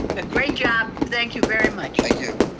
but great job, thank you very much. thank you.